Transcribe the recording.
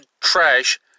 trash